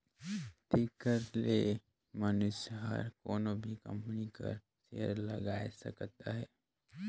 तेकर ले मइनसे हर कोनो भी कंपनी कर सेयर लगाए सकत अहे